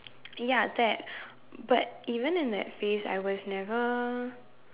ya that but even in that phase I was never